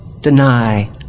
deny